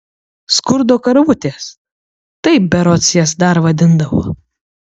skurdo karvutės taip berods jas dar vadindavo